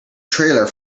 trailer